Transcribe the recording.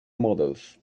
models